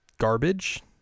Garbage